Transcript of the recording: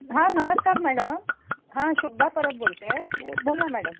हां नमस्कार मॅडम हां शुभदा परब बोलते आहे बो बोला मॅडम